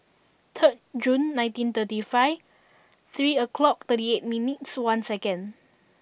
third Jun nineteen thirty five three o'clock thirty eight minutes one seconds